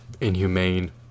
inhumane